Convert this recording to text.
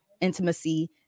intimacy